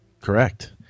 Correct